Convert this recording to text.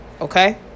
Okay